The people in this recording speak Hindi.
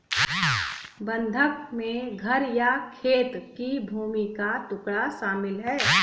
बंधक में घर या खेत की भूमि का टुकड़ा शामिल है